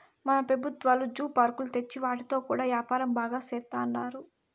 మన పెబుత్వాలు జూ పార్కులు తెచ్చి వాటితో కూడా యాపారం బాగా సేత్తండారు